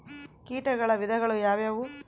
ಕೇಟಗಳ ವಿಧಗಳು ಯಾವುವು?